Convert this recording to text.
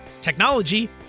technology